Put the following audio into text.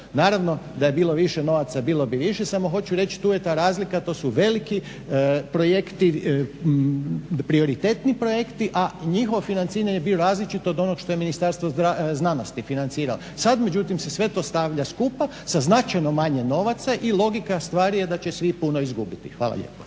naravno da je bilo više novaca, bilo bi i više, samo hoću reći tu je ta razlika, to su veliki projekti, prioritetni projekti, a njihovo financiranje je bilo različito od onoga što je Ministarstvo znanosti financiralo. Sad međutim, se sve to stavlja skupa sa značajno manje novaca i logika stvari je da će svi puno izgubiti. Hvala lijepo.